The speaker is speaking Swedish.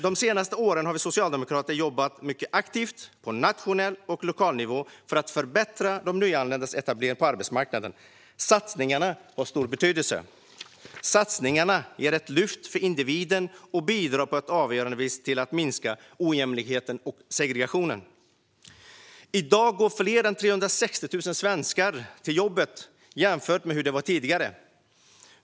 De senaste åren har vi socialdemokrater jobbat mycket aktivt på nationell och lokal nivå för att förbättra de nyanländas etablering på arbetsmarknaden. Satsningarna har stor betydelse. Satsningarna ger ett lyft för individen och bidrar på ett avgörande vis till att minska ojämlikhet och segregation. I dag går fler än 360 000 fler svenskar till jobbet jämfört med hur det var tidigare.